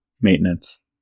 maintenance